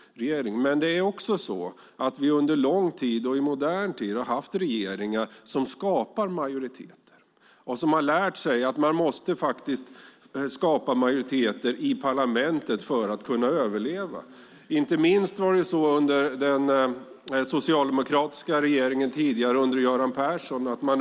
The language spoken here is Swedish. Men det är också så att vi under lång tid och i modern tid har haft regeringar som skapar majoriteter och som har lärt sig att man faktiskt måste skapa majoriteter i parlamentet för att kunna överleva. Inte minst var det så under den socialdemokratiska regeringen under Göran Persson.